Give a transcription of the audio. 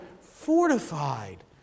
fortified